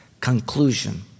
conclusion